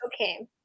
okay